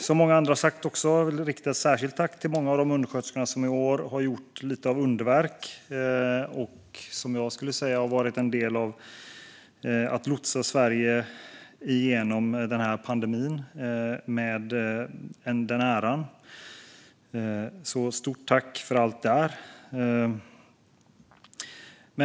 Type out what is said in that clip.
Som många andra vill jag också rikta ett särskilt tack till de många undersköterskor som i år har uträttat lite av underverk och, skulle jag säga, har varit en del i att lotsa Sverige genom pandemin med den äran. Stort tack för allt där!